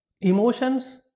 emotions